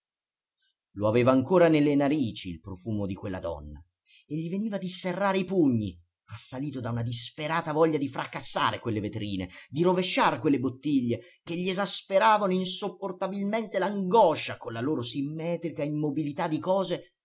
lo aveva ancora nelle narici il profumo di quella donna e gli veniva di serrare i pugni assalito da una disperata voglia di fracassar quelle vetrine di rovesciar quelle bottiglie che gli esasperavano insopportabilmente l'angoscia con la loro simmetrica immobilità di cose